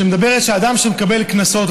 שאדם שמקבל קנסות,